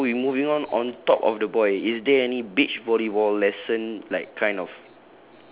okay so we moving on on top of the boy is there any beach volleyball lesson like kind of